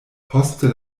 poste